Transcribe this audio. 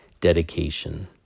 dedication